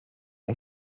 ont